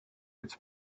its